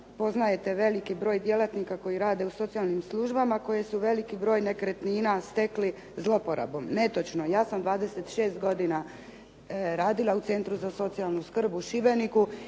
poznajete veliki broj djelatnika koji rade u socijalnim službama koji su veliki broj nekretnina stekli zloporabom. Netočno. Ja sam 26 godina radila u Centru za socijalnu skrb u Šibeniku